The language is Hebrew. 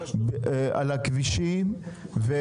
על הכבישים.